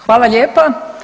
Hvala lijepa.